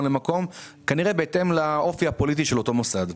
למקום בהתאם לאופי הפוליטי של אותו מוסד.